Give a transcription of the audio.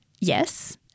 Yes